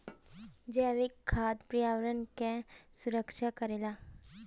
जैविक खाद पर्यावरण कअ सुरक्षा करेला